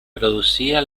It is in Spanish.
producía